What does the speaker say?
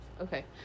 Okay